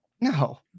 No